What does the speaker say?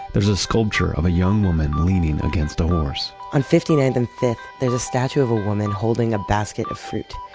there's a sculpture of a young woman leaning against a horse on fifty ninth and fifth there's a statue of a woman holding a basket of fruit.